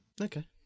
Okay